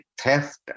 theft